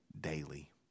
daily